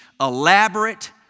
elaborate